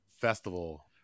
festival